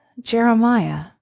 Jeremiah